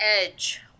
edge